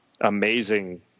amazing